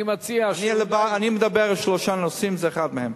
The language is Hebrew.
אני מציע, אני מדבר על שלושה נושאים, זה אחד מהם.